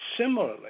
similarly